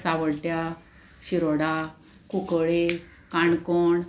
सावड्ड्या शिरोडा कुंकळे काणकोण